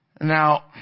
Now